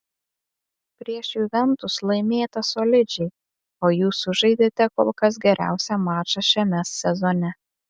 prieš juventus laimėta solidžiai o jūs sužaidėte kol kas geriausią mačą šiame sezone